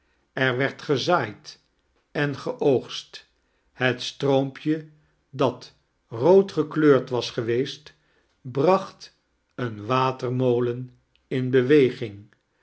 er werd gezaaid en geoogsit het stroompje dat roodgekleurd was geweest bracht een watermolen in beweging